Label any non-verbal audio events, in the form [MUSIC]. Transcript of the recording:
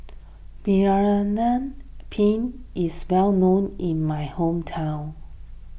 [UNINTELLIGIBLE] Penne is well known in my hometown